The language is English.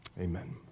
amen